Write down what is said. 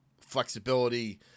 flexibility